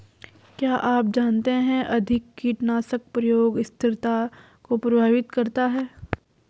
क्या आप जानते है अधिक कीटनाशक प्रयोग स्थिरता को प्रभावित करता है?